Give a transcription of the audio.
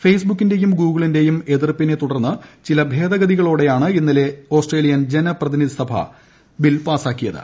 ഫെയ്സ്ബുക്കിന്റെയും ഗൂഗിളിന്റെയും എതിർപ്പിനെ തുടർന്ന് ചില ഭേദഗതികളോടെയാണ് ഇന്നലെ ജനപ്രതിനിധിസഭ ബിൽ പാസാക്കിയത്